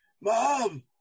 Mom